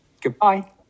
goodbye